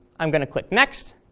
i'm going to click next.